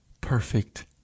perfect